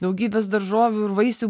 daugybės daržovių ir vaisių